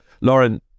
Lauren